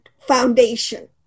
foundation